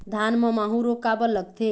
धान म माहू रोग काबर लगथे?